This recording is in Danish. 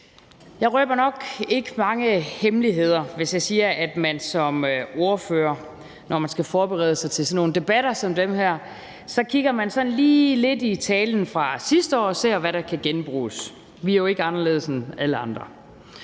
Jeg røber nok ikke mange hemmeligheder, hvis jeg siger, at man som ordfører, når man skal forberede sig til sådan nogle debatter som dem her, sådan lige kigger lidt i talen fra sidste år og ser, hvad der kan genbruges; vi er jo ikke anderledes end alle andre.